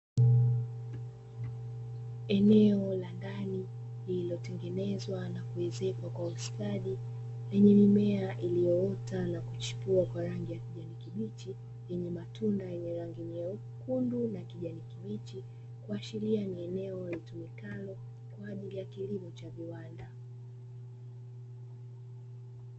Eneo la ndani lililotengenezwa na kuezekwa kwa ustadi, lenye mimea iliyoota na kuchipua kwa rangi ya kijani kibichi yenye matunda yenye rangi nyekundu na kijani kibichi; kuashiria ni eneo litumikalo kwa ajili ya kilimo cha viwanda.